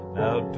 now